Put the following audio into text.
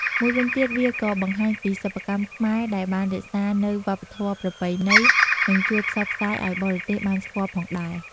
មួយវិញទៀត វាក៏បង្ហាញពីរសិប្បកម្មខ្មែរដែលបានរក្សានៅវប្បធម៌ប្រពៃណី និងជួយផ្សព្វផ្សាយឲ្យបរទេសបានស្គាល់ផងដែរ។